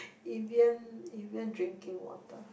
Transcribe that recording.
Evian Evian drinking water